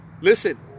listen